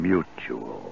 Mutual